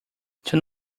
turn